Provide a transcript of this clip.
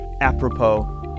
apropos